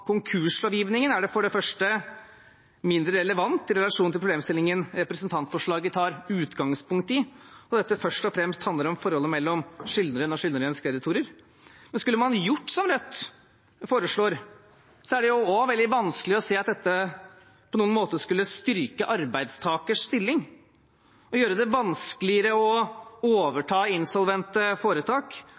konkurslovgivningen, er det for det første mindre relevant i relasjon til problemstillingen representantforslaget tar utgangspunkt i, da dette først og fremst handler om forholdet mellom skyldneren og skyldnerens kreditorer. Men skulle man gjort som Rødt foreslår, er det også veldig vanskelig å se at dette på noen måte skulle styrke arbeidstakers stilling, men det ville gjøre det vanskeligere å overta insolvente foretak